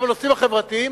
או בנושאים החברתיים,